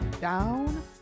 Down